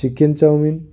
chicken chowmein